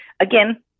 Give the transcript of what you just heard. again